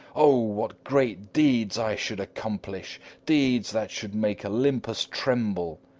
oh, what great deeds i should accomplish deeds that should make olympus tremble!